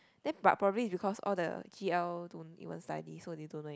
then but probably is because all the G_L don't even study so they don't know it